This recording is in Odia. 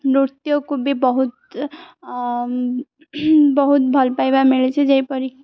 ନୃତ୍ୟକୁ ବି ବହୁତ ବହୁତ ଭଲ୍ ପାଇବା ମିଳିଛି ଯେପରି